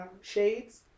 shades